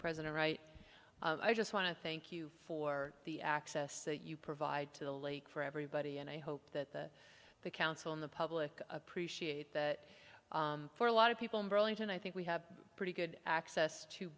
president right i just want to thank you for the access that you provide to the lake for everybody and i hope that the council in the public appreciate that for a lot of people in burlington i think we have pretty good access to